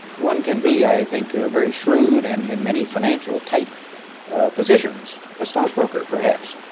one can be, i think, very shrewd and in many financial type positions, a stockbroker, perhaps,